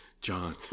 John